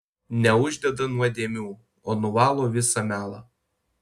neuždeda nuodėmių o nuvalo visą melą